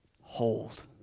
hold